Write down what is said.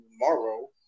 tomorrow